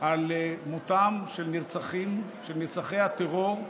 על מותם של נרצחים, של נרצחי הטרור,